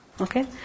Okay